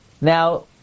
Now